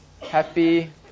happy